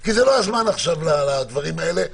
כי זה לא הזמן עכשיו לדברים האלה,